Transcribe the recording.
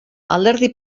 alderdi